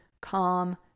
calm